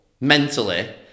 mentally